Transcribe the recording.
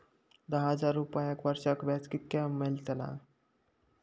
दहा हजार रुपयांक वर्षाक व्याज कितक्या मेलताला?